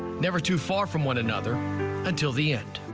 never too far from one another until the end.